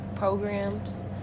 Programs